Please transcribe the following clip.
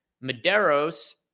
Madero's